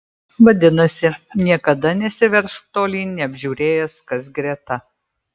vadinasi niekada nesiveržk tolyn neapžiūrėjęs kas greta